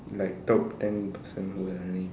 like top ten person who running